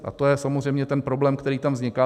A to je samozřejmě ten problém, který tam vzniká.